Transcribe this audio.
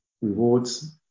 rewards